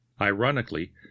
Ironically